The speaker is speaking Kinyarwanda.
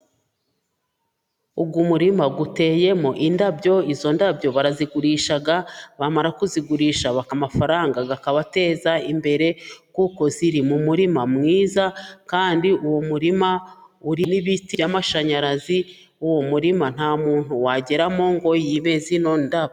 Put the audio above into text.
Uyu umurima uteyemo indabyo, izo ndabyo barazigurisha bamara kuzigurisha mafaranga akabateza imbere, kuko ziri mu murima mwiza, kandi uwo murima urimo n'ibiti by'amashanyarazi, uwo murima nta muntu wageramo ngo yibe zino ndabyo.